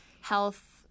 health